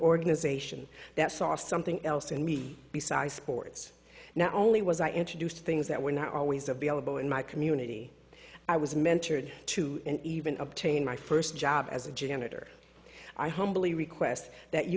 organization that saw something else and we besides sports now only was i introduced things that were not always available in my community i was mentored to even obtain my first job as a janitor i humbly request that you